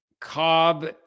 Cobb